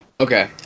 Okay